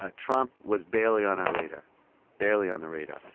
ah trump was barely on our radar barely on the radar.